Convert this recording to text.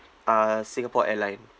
uh singapore airline